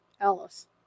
Alice